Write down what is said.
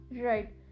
right